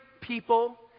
people